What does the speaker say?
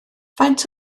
faint